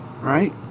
right